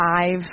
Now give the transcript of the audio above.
five